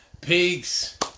Peace